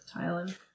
thailand